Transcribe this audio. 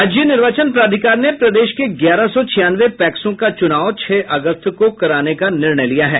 राज्य निर्वाचन प्राधिकार ने प्रदेश के ग्यारह सौ छियानवे पैक्सों का चुनाव छह अगस्त को कराने का निर्णय लिया है